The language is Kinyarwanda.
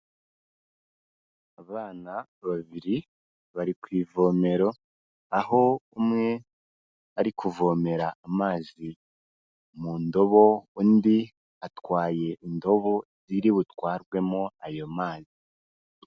Abana babiri bari ku ivomero aho umwe ari kuvomera amazi mu ndobo, undi atwaye indobo iri butwarwemo ayo mazi.